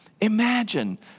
Imagine